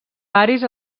varis